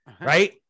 Right